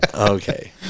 okay